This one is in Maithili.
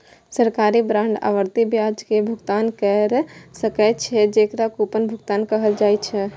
सरकारी बांड आवर्ती ब्याज के भुगतान कैर सकै छै, जेकरा कूपन भुगतान कहल जाइ छै